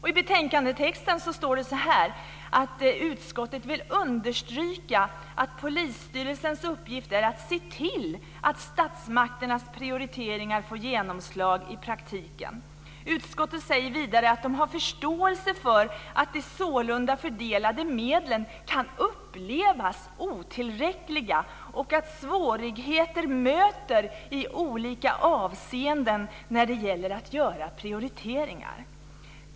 I betänkandetexten står det att utskottet vill "understryka att polisstyrelsernas uppgift är att se till att statsmakternas prioriteringar får genomslag i praktiken." Utskottet säger vidare att man "har förståelse för att de sålunda fördelade medlen kan upplevas som otillräckliga och att svårigheter möter i olika avseenden när det gäller att göra prioriteringar.